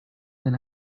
than